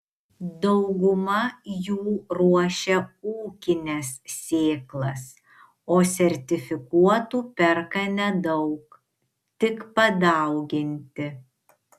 dauguma jų ruošia ūkines sėklas o sertifikuotų perka nedaug tik padauginti